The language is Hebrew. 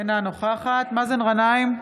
אינה נוכחת מאזן גנאים,